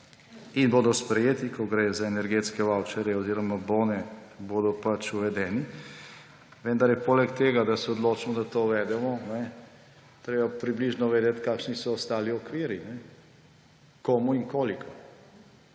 ki bodo sprejeti. Ko gre za energetske vavčerje oziroma bone, bodo pač uvedeni, vendar je poleg tega, da se odločimo, da to uvedemo, treba približno vedeti, kakšni so ostali okviri, komu in koliko.